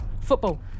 Football